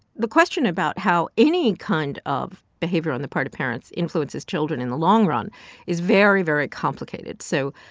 the question about how any kind of behavior on the part of parents influences children in the long run is very, very complicated. so,